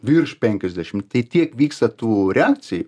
virš penkiasdešim tai tiek vyksta tų reakcijų